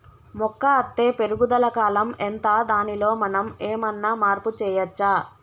మొక్క అత్తే పెరుగుదల కాలం ఎంత దానిలో మనం ఏమన్నా మార్పు చేయచ్చా?